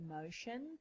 emotion